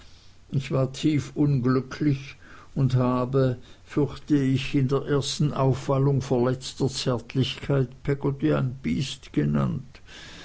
ich war tief un glücklich und habe fürchte ich in der ersten aufwallung verletzter zärtlichkeit peggotty ein biest genannt